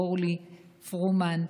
אורלי פרומן,